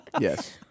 Yes